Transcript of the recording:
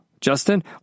Justin